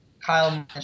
Kyle